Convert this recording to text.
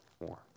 more